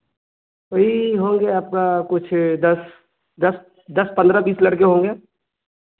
वही होंगे आपका कुछ दस दस दस पंद्रह बीस लड़के होंगे